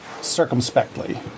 circumspectly